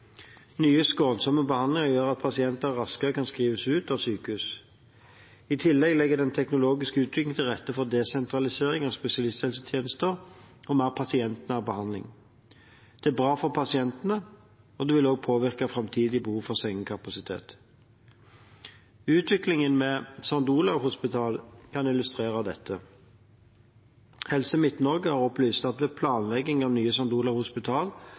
Nye, skånsomme behandlinger gjør at pasientene raskere kan skrives ut av sykehus. I tillegg legger den teknologiske utviklingen til rette for desentralisering av spesialisthelsetjenesten og mer pasientnær behandling. Det er bra for pasientene, og det vil også påvirke det framtidige behovet for sengekapasitet. Utviklingen ved St. Olavs hospital kan illustrere dette. Helse Midt-Norge har opplyst at ved planlegging av nye St. Olavs hospital